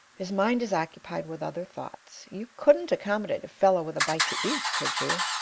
his mind is occupied with other thoughts. you couldn't accommodate a fellow with a bite to eat, could you.